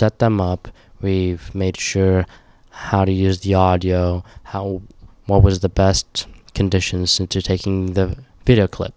set them up we've made sure how to use the audio how what was the best conditions into taking the video clip